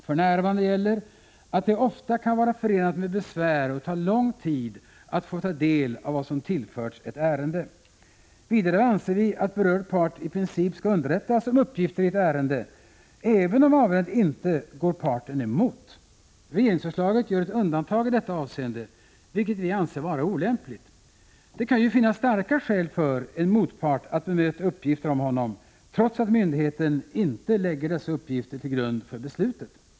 För närvarande gäller att det ofta kan vara förenat med besvär och att det kan ta lång tid att få ta del av vad som tillförts ett ärende. Vidare anser vi att berörd part i princip skall underrättas om nya uppgifter i ett ärende, även om avgörandet inte går parten emot. Regeringsförslaget gör ett undantag i detta avseende, vilket vi anser vara olämpligt. Det kan ju finnas starka skäl för en motpart att bemöta uppgifter om honom, trots att myndigheten inte lägger dessa uppgifter till grund för beslutet.